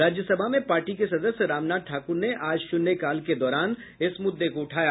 राज्यसभा में पार्टी के सदस्य रामनाथ ठाकुर ने आज शून्यकाल के दौरान इस मुद्दे को उठाया